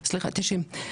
90,